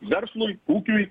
verslui ūkiui